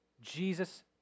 Jesus